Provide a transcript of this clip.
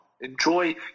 Enjoy